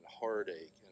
heartache